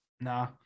Nah